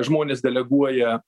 žmonės deleguoja